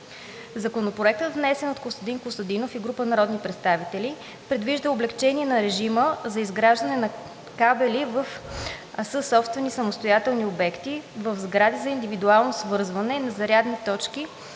Законопроектът, внесен от Костадин Костадинов и група народни представители, предвижда облекчаване на режима за изграждане на кабели в съсобствени самостоятелни обекти в сгради за индивидуално свързване на зарядни точки